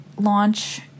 launch